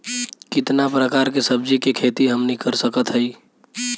कितना प्रकार के सब्जी के खेती हमनी कर सकत हई?